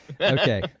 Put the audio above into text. Okay